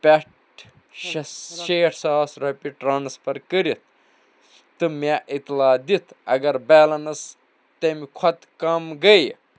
پٮ۪ٹھ شےٚ سا شیٹھ ساس رۄپیہِ ٹرانسفر کٔرِتھ تہٕ مےٚ اطلاع دِتھ اگر بیلنس تَمہِ کھۄتہٕ کم گٔیہِ